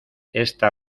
esta